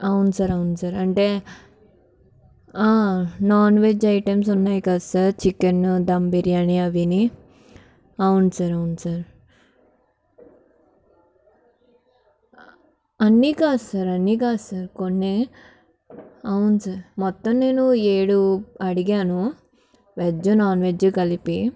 అవును సార్ అవును సార్ అంటే నాన్ వెజ్ ఐటమ్స్ ఉన్నాయి కదా సార్ చికెన్ ధమ్ బిర్యానీ అవిని అవును సార్ అవును సార్ అన్ని కాదు సార్ అన్ని కాదు సార్ కొన్ని అవును సార్ మొత్తం నేను ఏడు అడిగాను వెజ్ నాన్ వెజ్ కలిపి